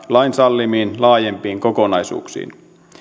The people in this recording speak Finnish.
lain sallimiin laajempiin kokonaisuuksiin